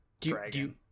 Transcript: dragon